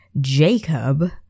Jacob